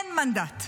אין מנדט.